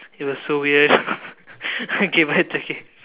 it was so weird okay but it's okay